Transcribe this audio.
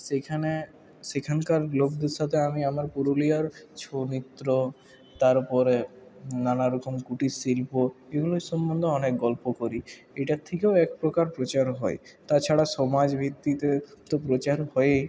সেইখানে সেখানকার লোকেদের সাথে আমি আমার পুরুলিয়ার ছৌ নৃত্য তারপরে নানারকম কুটিরশিল্প এইগুলোর সম্বন্ধে অনেক গল্প করি এটার থেকেও এক প্রকার প্রচার হয় তাছাড়া সমাজ ভিত্তিতে তো প্রচার হয়ই